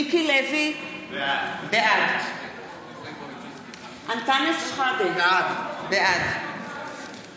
מיקי לוי, בעד אנטאנס שחאדה, בעד